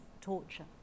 torture